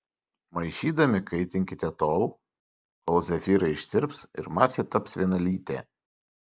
maišydami kaitinkite tol kol zefyrai ištirps ir masė taps vienalytė